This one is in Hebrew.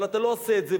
אבל אתה לא עושה את זה,